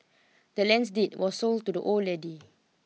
the land's deed was sold to the old lady